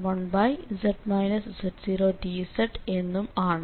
z0 1z z0dz എന്നും ആണ്